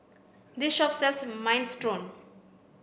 this shop sells Minestrone